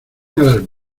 las